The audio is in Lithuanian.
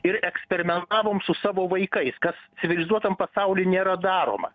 ir eksperimentavom su savo vaikais kas civilizuotam pasauly nėra daroma